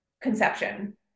conception